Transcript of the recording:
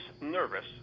nervous